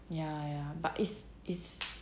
ya ya but it's it's